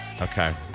Okay